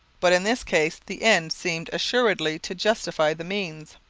but in this case the end seemed assuredly to justify the means.